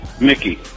Mickey